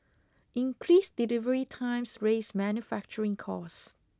increased delivery times raise manufacturing costs